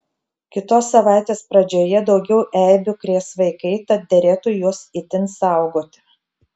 kitos savaitės pradžioje daugiau eibių krės vaikai tad derėtų juos itin saugoti